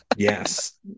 Yes